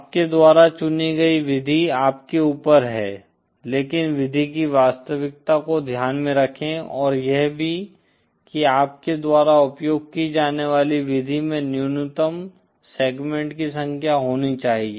आपके द्वारा चुनी गई विधि आपके ऊपर है लेकिन विधि की वास्तविकता को ध्यान में रखें और यह भी कि आपके द्वारा उपयोग की जाने वाली विधि में न्यूनतम सेगमेंट की संख्या होनी चाहिए